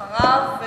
אחריו,